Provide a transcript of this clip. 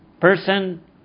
person